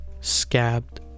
scabbed